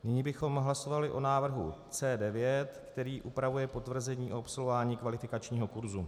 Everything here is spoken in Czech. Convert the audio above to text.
Nyní bychom hlasovali o návrhu C9, který upravuje potvrzení o absolvování kvalifikačního kurzu.